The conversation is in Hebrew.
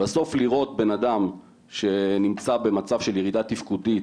בסוף לראות בנאדם שנמצא במצב של ירידה תפקודית,